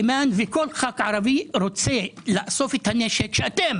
אימאן וכל ח"כ ערבי רוצה לאסוף את הנשק שאתם,